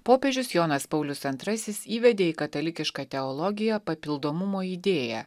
popiežius jonas paulius antrasis įvedė į katalikišką teologiją papildomumo idėją